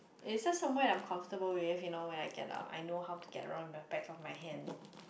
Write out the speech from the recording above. it's just somewhere I'm comfortable with you know when I get up I know how to get around with my bag on my hand